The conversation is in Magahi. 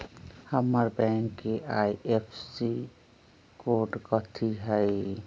हमर बैंक के आई.एफ.एस.सी कोड कथि हई?